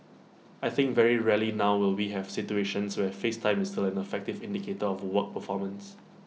I think very rarely now will we have situations where face time is still an effective indicator of work performance